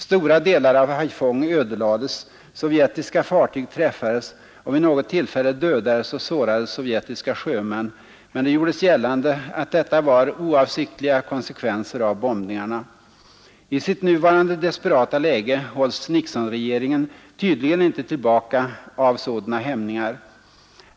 Stora delar av Haiphong ödelades, sovjetiska fartyg träffades och vid något tillfälle dödades och sårades sovjetiska sjömän, men det gjordes gällande att detta var oavsiktliga konsekvenser av bombningarna. I sitt nuvarande desperata läge hålls Nixonregeringen tydligen inte tillbaka av sådana hämningar.